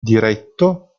diretto